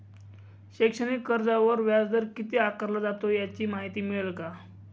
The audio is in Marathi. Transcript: शैक्षणिक कर्जावर व्याजदर किती आकारला जातो? याची माहिती मिळेल का?